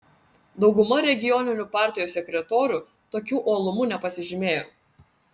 dauguma regioninių partijos sekretorių tokiu uolumu nepasižymėjo